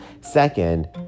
Second